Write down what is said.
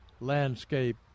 landscape